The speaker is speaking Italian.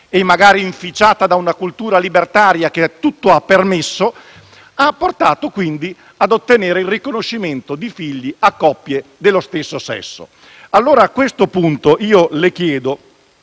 e magari inficiata da una cultura libertaria che tutto ha permesso. Ciò ha portato, quindi, ad ottenere il riconoscimento dei figli di coppie dello stesso sesso. A questo punto, io le chiedo,